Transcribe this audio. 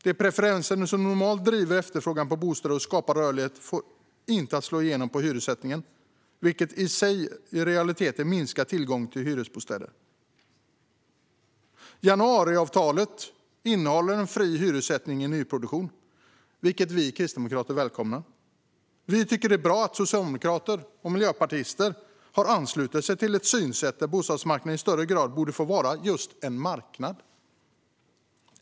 De preferenser som normalt driver efterfrågan på bostäder och skapar rörlighet får inte slå igenom i hyressättningen, vilket i realiteten minskar tillgången till hyresbostäder. Januariavtalet innehåller en fri hyressättning i nyproduktion, vilket vi kristdemokrater välkomnar. Vi tycker att det är bra att socialdemokrater och miljöpartister har anslutit sig till ett synsätt där bostadsmarknaden i högre grad borde få vara just en marknad.